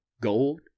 gold